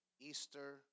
Easter